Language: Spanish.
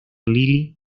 lily